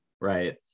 Right